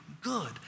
good